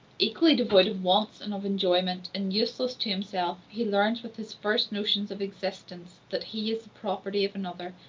equally devoid of wants and of enjoyment, and useless to himself, he learns, with his first notions of existence, that he is the property of another,